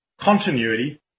Continuity